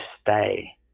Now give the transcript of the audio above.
stay